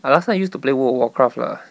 ah last time I used to play world of warcraft lah